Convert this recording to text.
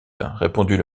répondit